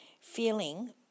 feeling